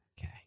Okay